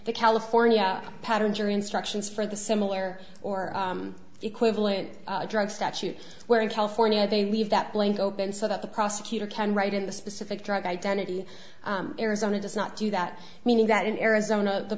the california pattern jury instructions for the similar or equivalent drug statute where in california they leave that blank open so that the prosecutor can write in the specific drug identity arizona does not do that meaning that in arizona the